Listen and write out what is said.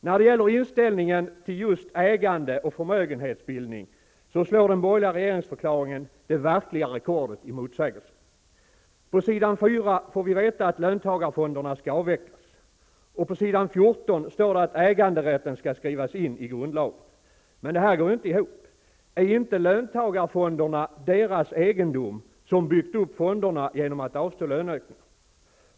När det gäller inställningen till just ägande och förmögenhetsbildning slår den borgerliga regeringsförklaringen det verkliga rekordet i motsägelser. På s. 4 får vi veta att löntagarfonderna skall avvecklas, och på s. 14 står det att äganderätten skall skrivas in i grundlagen. Men detta går ju inte ihop. Är inte löntagarfonderna deras egendom, som byggt upp fonderna genom att avstå från löneökningar?